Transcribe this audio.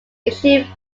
initially